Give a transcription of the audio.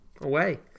away